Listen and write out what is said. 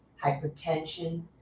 hypertension